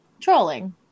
Trolling